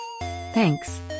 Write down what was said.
Thanks